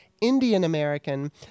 Indian-American